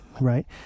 right